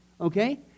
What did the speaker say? Okay